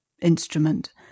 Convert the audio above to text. instrument